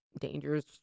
dangerous